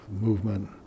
movement